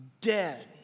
dead